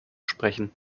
sprechen